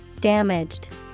Damaged